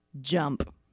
Jump